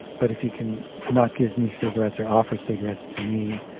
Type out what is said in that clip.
but if you can not give me cigarettes or offer cigarettes to me,